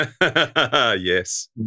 Yes